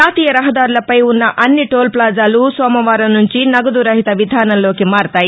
జాతీయ రహదారులపై ఉన్న అన్ని టోల్ ఫ్లాజాలు సోమవారం నుంచి నగదు రహిత విధానంలోకి మారతాయి